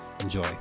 enjoy